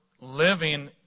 living